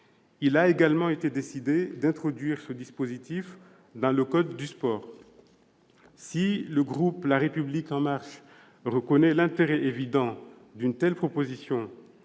Il a également été décidé d'introduire ce dispositif dans le code du sport. Si le groupe La République En Marche reconnaît l'intérêt évident d'une telle proposition,